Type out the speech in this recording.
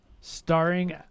starring